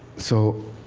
so,